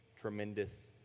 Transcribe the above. tremendous